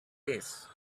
peace